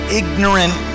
ignorant